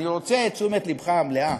אני רוצה את תשומת לבך המלאה.